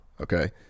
okay